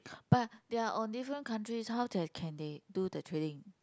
but they are on different countries how that they can they do the trading